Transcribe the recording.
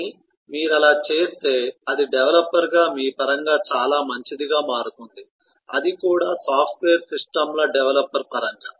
కానీ మీరు అలా చేస్తే అది డెవలపర్గా మీ పరంగా చాలా మంచిదిగా మారుతుంది అది కూడా సాఫ్ట్వేర్ సిస్టమ్ల డెవలపర్ పరంగా